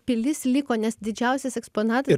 pilis liko nes didžiausias eksponatas